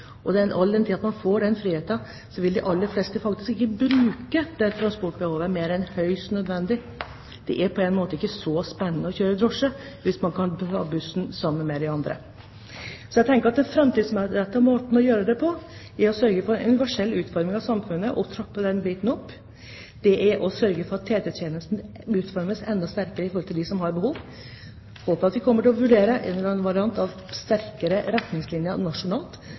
Det er på en måte ikke så spennende å kjøre drosje hvis man kan ta bussen sammen med andre. Så jeg tenker at den framtidsrettede måten å gjøre dette på, er å sørge for en universell utforming av samfunnet – trappe den biten opp. Det er å sørge for at TT-ordningen utformes enda sterkere for dem som har behov – og at vi kommer til å vurdere en eller annen variant av sterkere retningslinjer nasjonalt